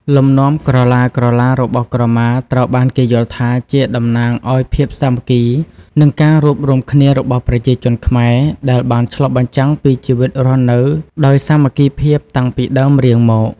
លំនាំក្រឡាៗរបស់ក្រមាត្រូវបានគេយល់ថាជាតំណាងឱ្យភាពសាមគ្គី និងការរួបរួមគ្នារបស់ប្រជាជនខ្មែរ ដែលបានឆ្លុះបញ្ចាំងពីជីវិតរស់នៅដោយសាមគ្គីភាពតាំងពីដើមរៀងមក។